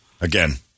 Again